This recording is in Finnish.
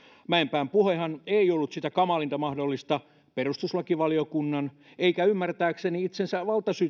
mäenpään puhehan ei ollut sitä kamalinta mahdollista perustuslakivaliokunnan eikä ymmärtääkseni itsensä